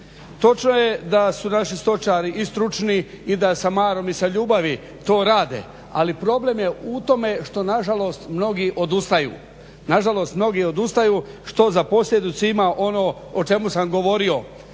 Točno je da su naši stočari i stručni i da sa marom i sa ljubavi to rade ali problem je u tome što nažalost odustaju. Nažalost mnogi odustaju što za posljedicu ima ono o čemu sam govorio.